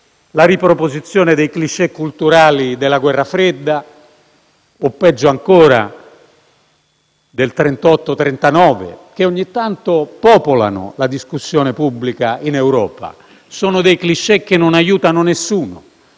la riproposizione dei *cliché* culturali della guerra fredda o, peggio ancora, del 1938-1939, che ogni tanto popolano la discussione pubblica in Europa. Sono dei *cliché* che non aiutano nessuno,